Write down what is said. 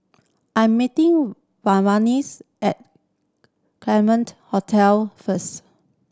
I'm meeting at Hotel first